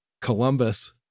Columbus